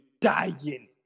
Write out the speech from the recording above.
dying